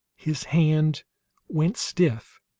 his hand went stiff,